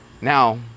Now